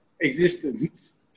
existence